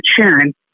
Sharon